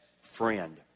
friend